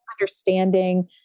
understanding